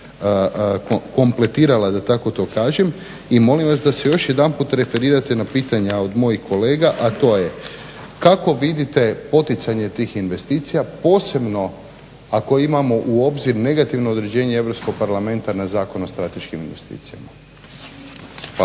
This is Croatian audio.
kompletirala da tako to kažem. I molim vas da se još jedanput referirate na pitanja od mojih kolega kako vidite poticanje tih investicija posebno ako imamo u obzir negativno određenje Europskog parlamenta na Zakon o strateškim investicijama?